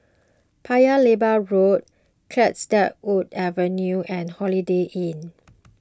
Paya Lebar Road Cedarwood Avenue and Holiday Inn